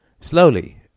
Slowly